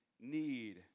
need